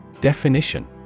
Definition